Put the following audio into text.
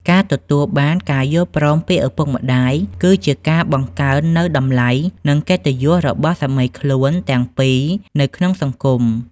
ការទទួលបានការយល់ព្រមពីឪពុកម្ដាយ គឺជាការបង្កើននូវតម្លៃ និងកិត្តិយសរបស់សាមីខ្លួនទាំងពីរនៅក្នុងសង្គម។